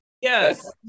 yes